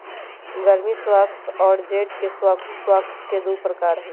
गर्मी स्क्वाश और जेड के स्क्वाश स्क्वाश के दु प्रकार हई